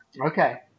Okay